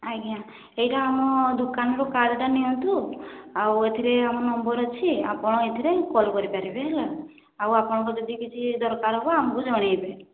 ଆଜ୍ଞା ଏଇଟା ଆମ ଦୋକାନର କାର୍ଡ଼ଟା ନିଅନ୍ତୁ ଆଉ ଏଥିରେ ଆମ ନମ୍ବର୍ ଅଛି ଆପଣ ଏଥିରେ କଲ୍ କରିପାରିବେ ହେଲା ଆଉ ଆପଣଙ୍କର ଯଦି କିଛି ଦରକାର ହେବ ଆମକୁ ଜଣାଇବେ